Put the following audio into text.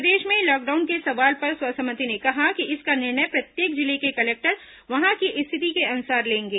प्रदेश में लॉकडाउन के सवाल पर स्वास्थ्य मंत्री ने कहा कि इसका निर्णय प्रत्येक जिले के कलेक्टर वहां की स्थिति के अनुसार लेंगे